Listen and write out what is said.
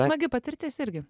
smagi patirtis irgi